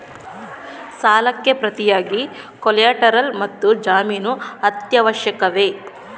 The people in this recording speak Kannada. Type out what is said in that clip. ಸಾಲಕ್ಕೆ ಪ್ರತಿಯಾಗಿ ಕೊಲ್ಯಾಟರಲ್ ಮತ್ತು ಜಾಮೀನು ಅತ್ಯವಶ್ಯಕವೇ?